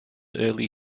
early